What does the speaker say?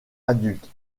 adulte